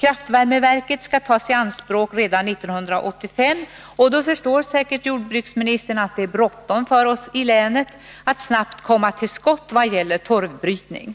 Kraftvärmeverket skall tas i drift redan 1985, och då förstår säkert jordbruksministern att det är bråttom för oss i länet att snabbt komma till skott vad gäller torvbrytning.